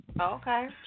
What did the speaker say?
Okay